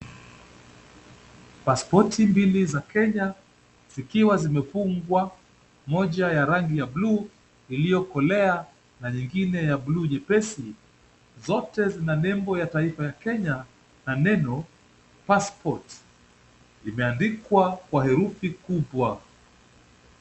Pasipoti mbili za Kenya zikiwa zimefungwa. Mmoja ya rangi ya buluu iliyokolea na nyingine ya buluu nyepesi. Zote zina nembo ya taifa ya Kenya na neno passport imeandikwa kwa herufi kubwa.